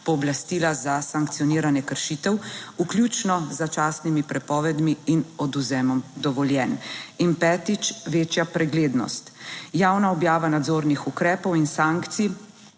pooblastila za sankcioniranje kršitev, vključno z začasnimi prepovedmi in odvzemom dovoljenj. In petič: večja preglednost. Javna objava nadzornih ukrepov in sankcij